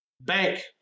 Bank